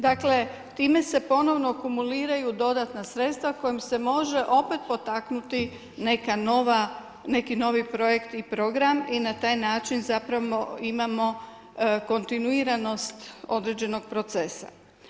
Dakle, time se ponovno akumuliraju dodatna sredstva kojima se može opet potaknuti neki novi projekti i program i na taj način zapravo imamo kontinuiranost određenog procesa.